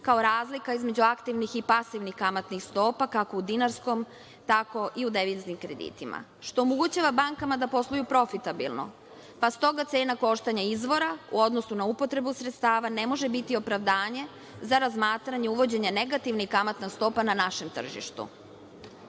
kao razlika između aktivnih i pasivnih kamatnih stopa, kako u dinarskom, tako i u deviznim kreditima, što omogućava bankama da posluju profitabilno, pa stoga cena koštanja izvora, u odnosu na upotrebu sredstava ne može biti opravdanje za razmatranje uvođenja negativnih kamatnih stopa na našem tržištu.